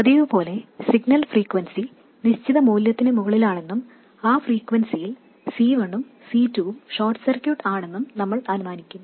പതിവുപോലെ signal frequency നിശ്ചിത മൂല്യത്തിന് മുകളിലാണെന്നും ആ ഫ്രീക്വെൻസിയിൽ C1 ഉം C2 ഉം ഷോർട്ട് സർക്യൂട്ട് ആണെന്നും നമ്മൾ അനുമാനിക്കും